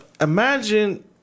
imagine